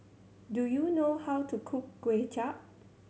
do you know how to cook Kuay Chap